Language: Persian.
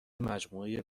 مجموعه